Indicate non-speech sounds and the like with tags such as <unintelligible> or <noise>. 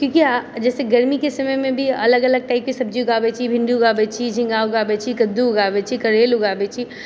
<unintelligible> जैसे गर्मीके समयमे भी अलग अलग टाइपके सब्जी ऊगाबै छी भिन्डी ऊगाबै छी झींगा ऊगाबै छी कद्दू ऊगाबै छी करैला ऊगाबै छी